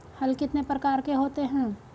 हल कितने प्रकार के होते हैं?